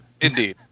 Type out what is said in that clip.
Indeed